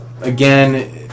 again